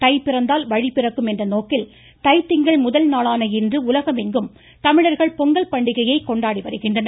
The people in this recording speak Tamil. தைப்பிறந்தால் வழி பிறக்கும் என்ற நோக்கில் தைத்திங்கள் முதல் நாளான இன்று உலகமெங்கும் தமிழர்கள் பொங்கல் பண்டிகையை கொண்டாடி வருகின்றனர்